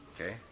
Okay